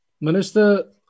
Minister